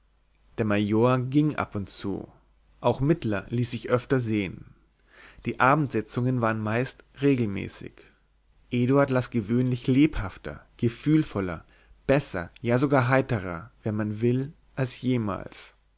der major ging ab und zu auch mittler ließ sich öfter sehen die abendsitzungen waren meistens regelmäßig eduard las gewöhnlich lebhafter gefühlvoller besser ja sogar heiterer wenn man will als jemals